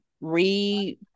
re